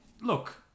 look